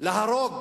להרוג